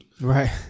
Right